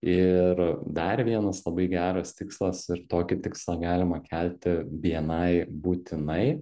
ir dar vienas labai geras tikslas ir tokį tikslą galima kelti bni būtinai